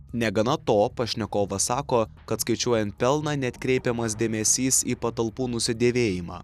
negana to pašnekovas sako kad skaičiuojant pelną neatkreipiamas dėmesys į patalpų nusidėvėjimą